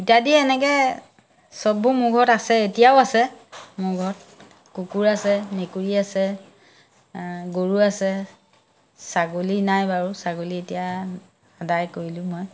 ইত্যাদি এনেকৈ সববোৰ মোৰ ঘৰত আছে এতিয়াও আছে মোৰ ঘৰত কুকুৰ আছে মেকুৰী আছে গৰু আছে ছাগলী নাই বাৰু ছাগলী এতিয়া সদায় কৰিলোঁ মই